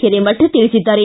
ಹಿರೇಮಠ ತಿಳಿಸಿದ್ದಾರೆ